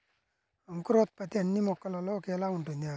అంకురోత్పత్తి అన్నీ మొక్కల్లో ఒకేలా ఉంటుందా?